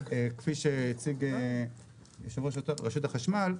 כפי שהציג יו"ר רשות החשמל,